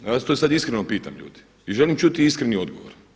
Ja vas to sada iskreno pitam ljudi i želim čuti iskreni odgovor.